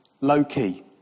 low-key